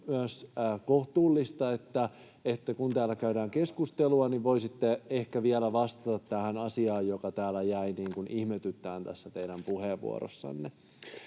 myös kohtuullista, että kun täällä käydään keskustelua, niin voisitte vielä vastata tähän asiaan, joka täällä jäi ihmetyttämään tässä teidän puheenvuorossanne.